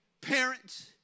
parents